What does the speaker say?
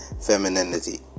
femininity